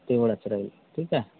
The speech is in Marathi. तेवढाच राहील ठीक आहे